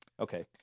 Okay